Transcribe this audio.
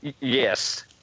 Yes